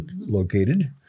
located